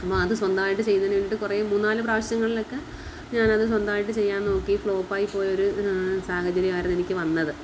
എന്നാൽ അത് സ്വന്തായിട്ട് ചെയ്യുന്നതിന് വേണ്ടിയിട്ട് കുറേ മൂന്നുനാൽ പ്രാവശ്യങ്ങളിലൊക്കെ ഞാൻ അത് സ്വന്തമായിട്ട് ചെയ്യാൻ നോക്കി ഫ്ലോപ്പ് ആയി പോയൊരു സാഹചര്യമായിരിന്നു എനിക്ക് വന്നത്